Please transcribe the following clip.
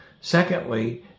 Secondly